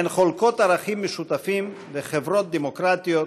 הן חולקות ערכים משותפים כחברות דמוקרטיות,